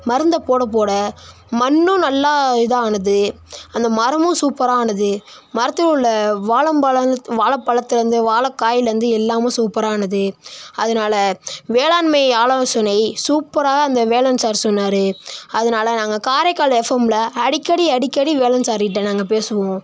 மருந்த போட போட மண்ணும் நல்லா இதாக ஆனது அந்த மரமும் சூப்பராக ஆனது மரத்தில் உள்ள வாழம்பழல்த் வாழைப்பழத்துலேருந்து வாழைக்காயிலேருந்து எல்லாமும் சூப்பராக ஆனது அதனால வேளாண்மை ஆலோசனை சூப்பராக அந்த வேலன் சார் சொன்னார் அதனால நாங்கள் காரைக்கால் எஃப்எம்மில் அடிக்கடி அடிக்கடி வேலன் சார்கிட்ட நாங்கள் பேசுவோம்